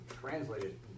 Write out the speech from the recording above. translated